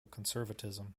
conservatism